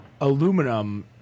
aluminum